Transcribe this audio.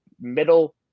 middle